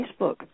Facebook